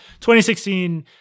2016